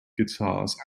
guitars